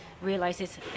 realizes